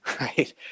right